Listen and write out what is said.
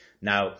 Now